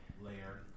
layer